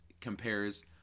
compares